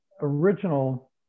original